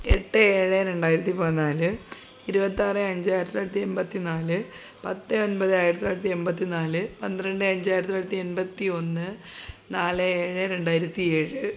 എട്ട് ഏഴ് രണ്ടായിരത്തി പതിനാല് ഇരുപത്തിയാറ് അഞ്ച് ആയിരത്തി തൊള്ളായിരത്തി എണ്പത്തി നാല് പത്ത് ഒൻപത് ആയിരത്തി തെള്ളായിരത്തി എൺപത്തി നാല് പന്ത്രണ്ട് അഞ്ച് ആയിരത്തിതൊള്ളായിരത്തി എൺപത്തി ഒന്ന് നാല് ഏഴ് രണ്ടായിരത്തി എഴ്